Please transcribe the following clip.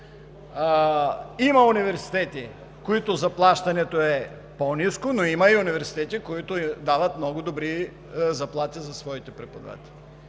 Има университети, в които заплащането е по-ниско, но има и университети, които дават много добри заплати на своите преподаватели,